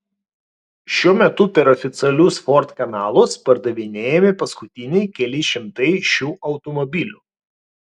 šiuo metu per oficialius ford kanalus pardavinėjami paskutiniai keli šimtai šių automobilių